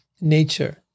nature